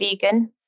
vegan